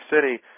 City